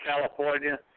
California